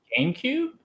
GameCube